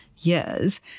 years